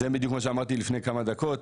זה בדיוק מה שאמרתי לפני כמה דקות,